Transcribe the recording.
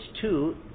two